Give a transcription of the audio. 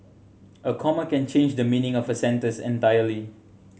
a comma can change the meaning of a sentence entirely